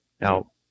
Now